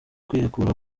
kwihekura